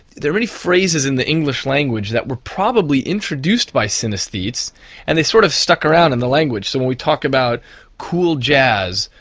there are many phrases in the english language that were probably introduced by synesthetes and they sort of stuck around in the language. so when we talk about cool jazz,